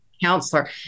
counselor